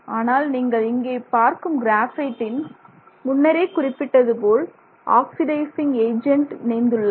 ஆனால் நீங்கள் இங்கே பார்க்கும் கிராபைட்டில் முன்னரே குறிப்பிட்டது போல் ஆக்சிடிசிங் ஏஜன்ட் இணைந்துள்ளன